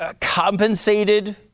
compensated